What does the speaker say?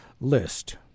list